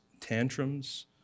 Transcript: tantrums